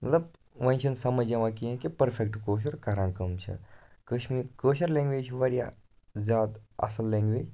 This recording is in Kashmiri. مطلب وَنہِ چھُنہٕ سَمٕجھ یِوان کِہیٖنۍ کہِ پٔرفؠکٹ کٲشُر کَران کٕم چھ کشمیٖر کٲشر لیٚنگویج چھ واریاہ زیادٕ اَصل لیٚنگویج